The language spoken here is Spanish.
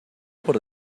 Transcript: por